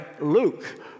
Luke